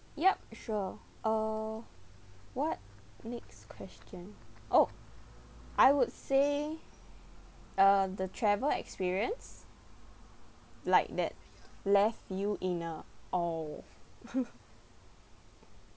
yup sure uh what next question oh I would say uh the travel experience like that left you in a oh